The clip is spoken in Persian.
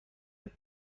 داره